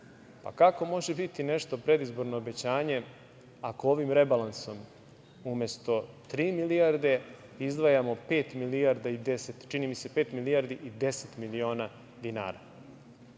Pa, kako može biti nešto predizborno obećanje ako ovim rebalansom umesto tri milijarde izdvajamo pet milijardi i 10 miliona